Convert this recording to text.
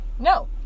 No